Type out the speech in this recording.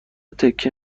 تکه